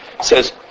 says